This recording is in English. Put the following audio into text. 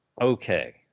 Okay